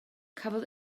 cafodd